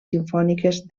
simfòniques